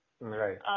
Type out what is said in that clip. Right